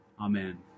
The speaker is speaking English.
Amen